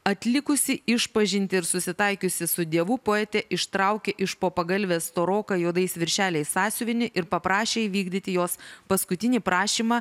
atlikusi išpažintį ir susitaikiusi su dievu poetė ištraukė iš po pagalvės storoką juodais viršeliais sąsiuvinį ir paprašė įvykdyti jos paskutinį prašymą